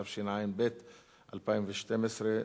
התשע"ב 2012,